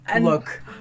Look